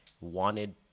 wanted